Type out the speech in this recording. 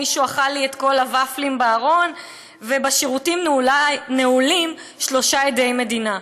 מישהו אכל לי את כל הוופלים בארון ובשירותים נעולים שלושה עדי מדינה.